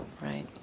right